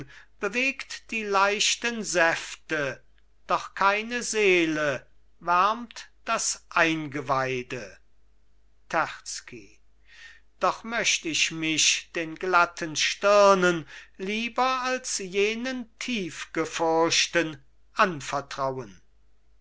bewegt die leichten säfte doch keine seele wärmt das eingeweide terzky doch möcht ich mich den glatten stirnen lieber als jenen tiefgefurchten anvertrauen